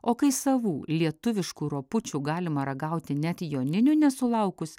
o kai savų lietuviškų ropučių galima ragauti net joninių nesulaukus